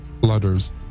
letters